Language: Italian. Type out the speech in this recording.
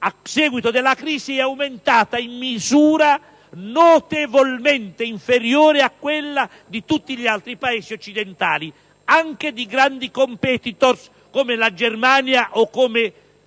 a seguito della crisi, sia cresciuta in misura notevolmente inferiore a quella di tutti gli altri Paesi occidentali, anche di grandi *competitor* come la Germania o la Spagna.